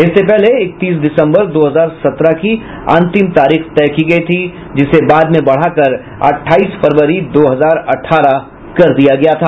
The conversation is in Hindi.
इससे पहले इकतीस दिसंबर दो हजार सत्रह की अंतिम तारीख तय की गई थी जिसे बाद में बढ़ाकर अठाईस फरवरी दो हजार अठारह कर दिया गया था